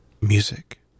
music